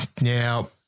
Now